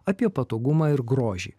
apie patogumą ir grožį